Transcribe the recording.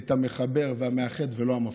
את המחבר והמאחד ולא המפריד.